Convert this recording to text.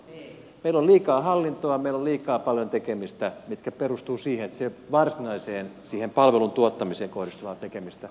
meillä on liikaa hallintoa meillä on liian paljon tekemistä mikä perustuu siihen että se ei ole siihen varsinaiseen palvelun tuottamiseen kohdistuvaa tekemistä